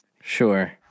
Sure